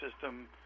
system